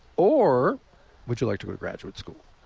or would you like to go to graduate school?